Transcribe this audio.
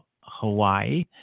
Hawaii